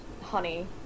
honey